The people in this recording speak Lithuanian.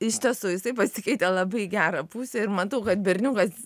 iš tiesų jisai pasikeitė labai į gerą pusę ir matau kad berniukas